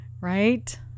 right